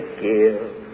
give